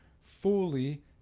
fully